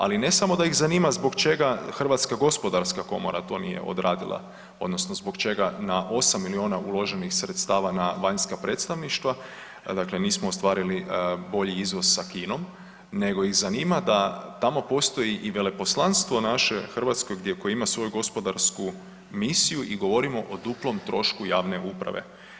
Ali ne samo da ih zanima zbog čega Hrvatska gospodarska komora to nije odradila odnosno zbog čega na 8 miliona uloženih sredstava na vanjska predstavništva dakle nismo ostvarili bolji izvoz sa Kinom, nego ih zanima tamo postoji i veleposlanstvo naše hrvatsko gdje koje ima svoju gospodarsku misiju i govorimo o duplom trošku javne uprave.